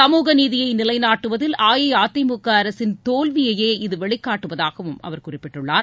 சமூகநீதியை நிலைநாட்டுவதில் அஇஅதிமுக அரசின் தோல்வியையே இது வெளிகாட்டுவதாகவும் அவர் குறிப்பிட்டுள்ளார்